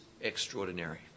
extraordinary